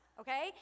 okay